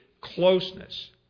closeness